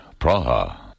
Praha